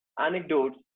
anecdotes